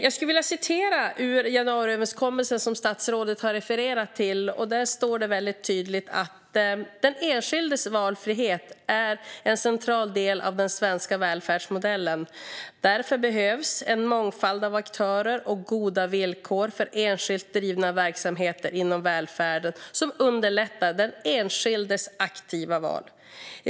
Jag ska citera ur januariöverenskommelsen, som statsrådet har refererat till. Där står det tydligt: "Den enskildas valfrihet är en central del av den svenska välfärdsmodellen. Därför behövs en mångfald av aktörer och goda villkor för enskilt drivna verksamheter inom välfärden som underlättar den enskildes aktiva val.